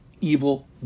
evil